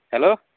hello